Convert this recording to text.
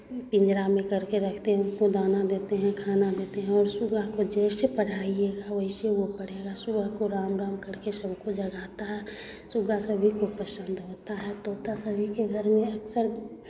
पिंजरा में करके रखते हैं उनको दाना देते हैं खाना देते हैं और सुगा को जैसे पढ़ाइएगा वैसे वो पढ़ेगा सुबह को राम राम करके सबको जगाता है सुग्गा सभी को पसंद होता है तोता सभी के घर में अक्सर